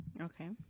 Okay